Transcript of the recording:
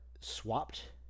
swapped